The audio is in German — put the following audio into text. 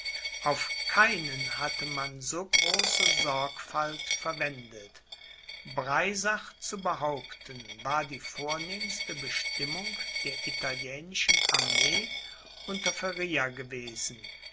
auf keinen hatte man so große sorgfalt verwendet breisach zu behaupten war die vornehmste bestimmung der italienischen armee unter feria gewesen